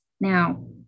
Now